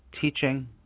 teaching